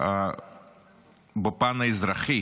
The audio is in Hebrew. בפן האזרחי